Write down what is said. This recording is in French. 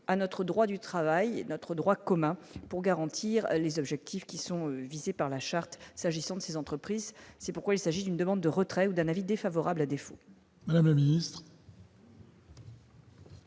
à notre droit du travail, notre droit commun pour garantir les objectifs qui sont visées par la Charte s'agissant de ces entreprises, c'est pourquoi il s'agit d'une demande de retrait ou d'un avis défavorable à défaut. Madame la Ministre.